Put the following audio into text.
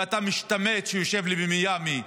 ואתה משתמט שיושב לי במיאמי.